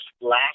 last